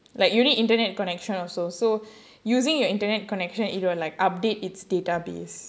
like you need internet connection also so using your internet connection it will like update it's database